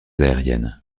aériennes